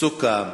סוכם,